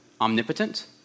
omnipotent